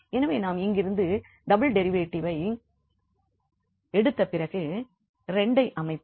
எனவே நாம் இங்கிருந்து டபுள் டெரிவேட்டிவ்வை எடுத்த பிறகு 2 ஐ அமைப்போம்